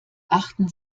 achten